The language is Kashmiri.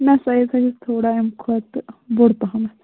نہَ سایِز ہٲیہوٗس تھوڑا اَمہِ کھۄتہٕ بۅڈ پَہمَتھ